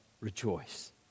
rejoice